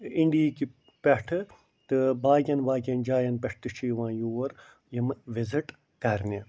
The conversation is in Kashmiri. اِنڈیٖکہِ پٮ۪ٹھٕ تہٕ باقین باقین جاین پٮ۪ٹھ تہِ چھُ یِوان یہِ یور یِمہٕ وِزِٹ کرنہِ